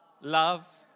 Love